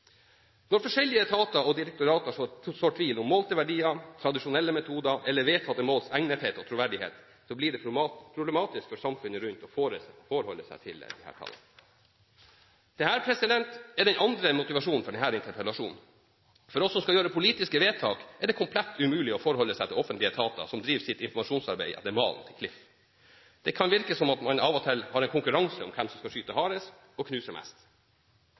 Når forskjellige etater og direktorater sår tvil om målte verdier, tradisjonelle metoder eller vedtatte måls egnethet og troverdighet, blir det problematisk for samfunnet rundt å forholde seg til disse tallene. Det er den andre motivasjonen for denne interpellasjonen. For oss som skal gjøre politiske vedtak, er det komplett umulig å forholde seg til offentlige etater som driver sitt informasjonsarbeid etter malen til Klif. Det kan virke som om man av og til har en konkurranse om hvem som skal skyte hardest og knuse mest.